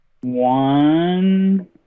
one